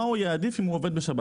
מה הוא יעדיף אם הוא עובד בשבת?